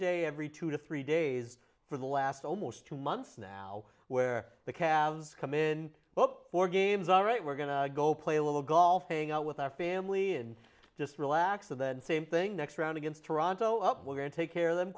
day every two to three days for the last almost two months now where the cavs come in well four games all right we're going to go play a little golf hang out with our family and just relax and then same thing next round against toronto up we're going to take care of them